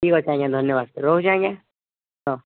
ଠିକ୍ ଅଛେ ଆଜ୍ଞା ଧନ୍ୟବାଦ ରହୁଛେ ଆଜ୍ଞା ହଁ